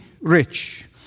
rich